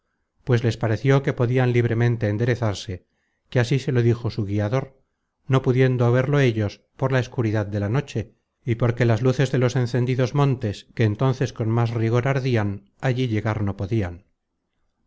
pues les pareció que podian libremente enderezarse que así se lo dijo su guiador no pudiendo verlo ellos por la escuridad de la noche y porque las luces de los encendidos montes que entonces con más rigor ardian allí llegar no podian